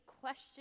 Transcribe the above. question